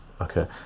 okay